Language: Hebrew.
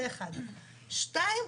שנית,